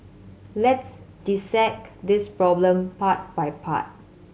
let's dissect this problem part by part